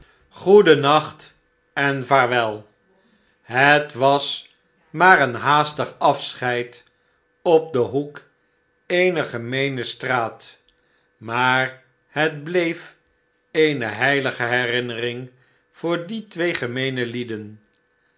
goedennacht en vaarwel het was maar een haastig afscheid op den hoek eener gemeene straat maar het bleef eene heilige herinnering voor die twee gemeene lieden